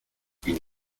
une